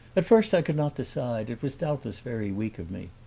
at first i could not decide it was doubtless very weak of me.